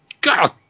God